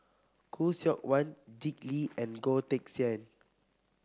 Khoo Seok Wan Dick Lee and Goh Teck Sian